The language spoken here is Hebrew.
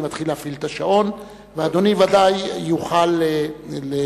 אני מתחיל להפעיל את השעון ואדוני ודאי יוכל להרצות